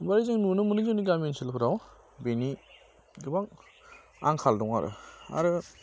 ओमफ्राय जों नुनो मोनो जोंनि गामि ओनसोलफोराव बेनि गोबां आंखाल दं आरो आरो